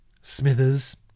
Smithers